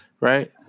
Right